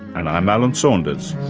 and i'm alan saunders